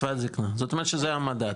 קצבת זקנה, זאת אומרת שזה המדד.